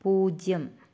പൂജ്യം